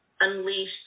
unleash